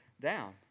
down